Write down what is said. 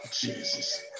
Jesus